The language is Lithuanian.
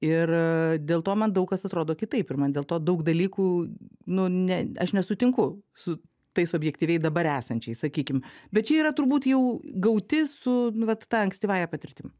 ir dėl to man daug kas atrodo kitaip ir man dėl to daug dalykų nu ne aš nesutinku su tais objektyviai dabar esančiais sakykim bet čia yra turbūt jau gauti su vat ta ankstyvąja patirtim